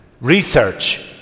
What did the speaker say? research